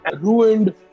ruined